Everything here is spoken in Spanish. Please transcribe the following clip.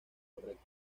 correcta